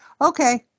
Okay